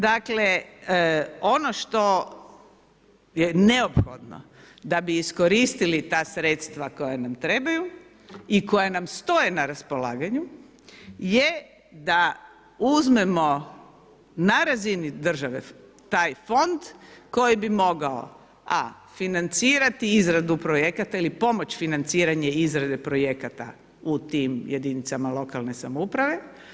Dakle ono što je neophodno da bi iskoristili ta sredstva koja nam trebaju i koja nam stoje na raspolaganju je da uzmemo na razini države taj fond koji bi mogao a) financirati izradu projekata ili pomoć financiranje projekata u tim jedinicama lokalne samouprave.